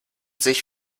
sich